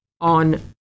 on